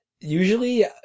usually